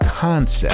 concept